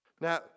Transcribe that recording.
Now